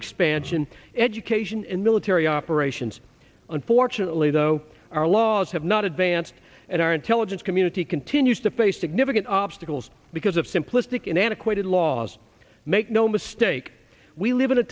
expansion education and military operations unfortunately though our laws have not advanced and our intelligence community continues to face significant obstacles because of simplistic and antiquated laws make no mistake we live in a